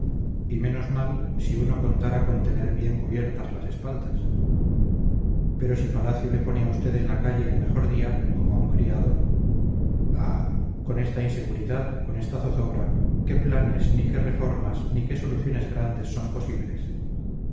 y menos mal si uno contara con tener bien cubiertas las espaldas pero si palacio le pone a usted en la calle el mejor día como a un criado ah con esta inseguridad con esta zozobra qué planes ni qué reformas ni qué soluciones grandes son posibles